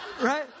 Right